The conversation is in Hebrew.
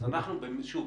שוב,